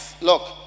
Look